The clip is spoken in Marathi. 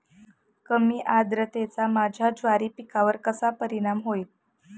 कमी आर्द्रतेचा माझ्या ज्वारी पिकावर कसा परिणाम होईल?